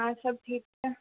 आर सब ठीक छै